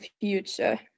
future